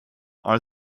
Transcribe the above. are